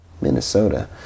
Minnesota